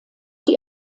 die